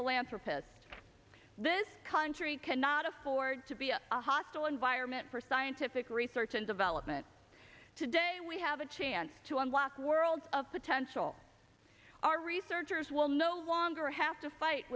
philanthropist this country cannot afford to be a hostile environment for scientific research and development today we have a chance to unlock worlds of potential our researchers will no longer have to fight